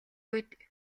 үед